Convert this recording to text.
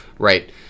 Right